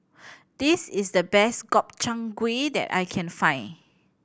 this is the best Gobchang Gui that I can find